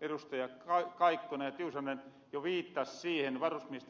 edustajat kaikkonen ja tiusanen jo viittas siihen varusmiesten kuntohon